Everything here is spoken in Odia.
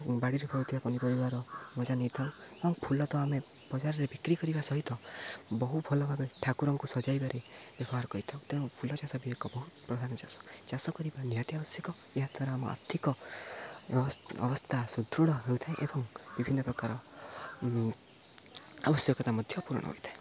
ବାଡ଼ିରେ ଫଳୁଥିବା ପନିପରିବାର ମଜା ନେଇଥାଉ ଏବଂ ଫୁଲ ତ ଆମେ ବଜାରରେ ବିକ୍ରି କରିବା ସହିତ ବହୁ ଭଲ ଭାବେ ଠାକୁରଙ୍କୁ ସଜାଇବାରେ ବ୍ୟବହାର କରିଥାଉ ତେଣୁ ଫୁଲ ଚାଷ ବି ଏକ ବହୁତ ପ୍ରଧାନ ଚାଷ ଚାଷ କରିବା ନିହାତି ଆବଶ୍ୟକ ଏହାଦ୍ୱାରା ଆମ ଆର୍ଥିକ ଅବସ୍ଥା ସୁଦୃଢ଼ ହୋଇଥାଏ ଏବଂ ବିଭିନ୍ନ ପ୍ରକାର ଆବଶ୍ୟକତା ମଧ୍ୟ ପୂରଣ ହୋଇଥାଏ